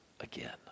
again